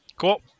Cool